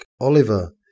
Oliver